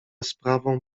sprawą